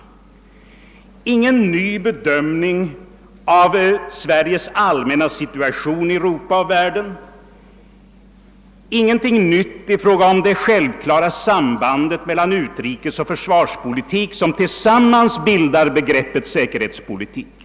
Man har inte gjort någon ny bedömning av Sveriges allmänna situation i Europa och i världen i dess helhet. Det förekommer ingenting nytt i fråga om det självklara sambandet mellan utrikesoch försvarspolitik, som tillsammans bildar begreppet säkerhetspolitik.